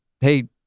Hey